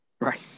Right